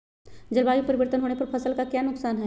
जलवायु परिवर्तन होने पर फसल का क्या नुकसान है?